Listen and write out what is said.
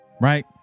right